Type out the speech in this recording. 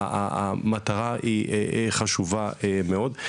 המטרה היא חשובה מאוד.